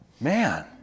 Man